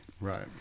Right